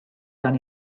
dan